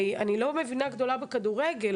אני לא מבינה גדולה בכדורגל,